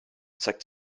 zeigt